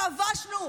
כבשנו.